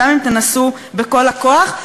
גם אם תנסו בכל הכוח.